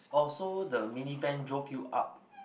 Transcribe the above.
orh so the mini van drove you up